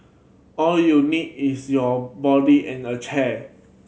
all you need is your body and a chair